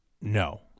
no